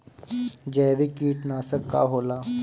जैविक कीटनाशक का होला?